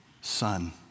son